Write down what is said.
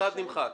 (1) נמחק.